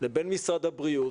לבין משרד הבריאות